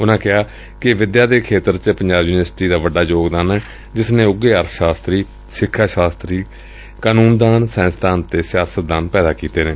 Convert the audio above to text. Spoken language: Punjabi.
ਉਨਾਂ ਕਿਹਾ ਕਿ ਵਿਦਿਆ ਦੇਂ ਖੇਤਰ ਚ ਪੰਜਾਬ ਯੂਨੀਵਰਸਿਟੀ ਦਾ ਵੱਡਾ ਯੋਗਦਾਨ ਏ ਜਿਸ ਨੇ ਉਘੇ ਅਰਥ ਸਾਸਤਰ ਸਿਖਿਆ ਸ਼ਾਸਤਰੀ ਕਾਨੂੰਨਦਾਨ ਸਾਇੰਸਦਾਨ ਅਤੇ ਸਿਆਸਤਦਾਨ ਪੈਦਾ ਕੀਤੇ ਨੇ